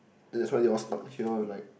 that's why they all stuck here like